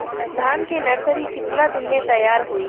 धान के नर्सरी कितना दिन में तैयार होई?